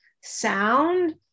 sound